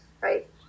right